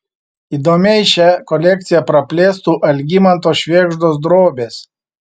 įdomiai šią kolekciją praplėstų algimanto švėgždos drobės